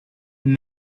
and